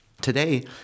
Today